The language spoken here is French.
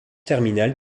terminales